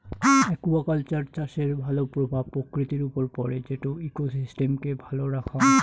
aquaculture চাষের ভাল প্রভাব প্রকৃতির উপর পড়ে যেটো ইকোসিস্টেমকে ভালো রাখঙ